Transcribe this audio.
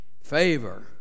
Favor